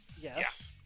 Yes